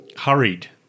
hurried